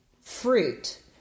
fruit